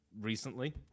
recently